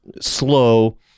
slow